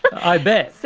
i bet!